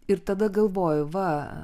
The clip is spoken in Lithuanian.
ir tada galvoji va